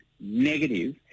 negative